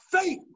faith